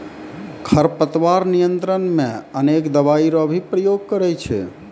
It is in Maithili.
खरपतवार नियंत्रण मे अनेक दवाई रो भी प्रयोग करे छै